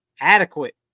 Adequate